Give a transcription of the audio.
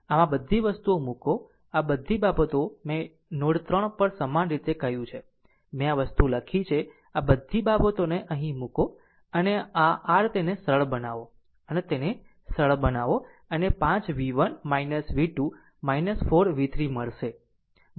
આમ આ બધી વસ્તુઓ મૂકો આ બધી બાબતો મેં નોડ 3 પર સમાન રીતે કહ્યું છે મેં આ વસ્તુ લખી છે આ બધી બાબતોને અહીં મૂકો અને આ r તેને સરળ બનાવો અને તેને સરળ બનાવો અને 5 v 1 v 2 4 v 3 મળશે 1